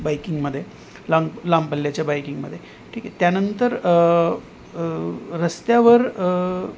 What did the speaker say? बाईकिंगमध्ये लांब लांब पल्ल्याच्या बाईकिंगमध्ये ठीक आहे त्यानंतर रस्त्यावर